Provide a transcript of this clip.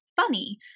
funny